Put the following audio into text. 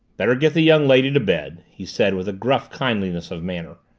better get the young lady to bed, he said with a gruff kindliness of manner.